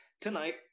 tonight